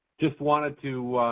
just wanted to